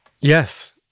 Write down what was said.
Yes